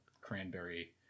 cranberry